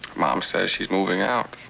mom says she's moving out.